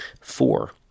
Four